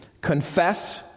confess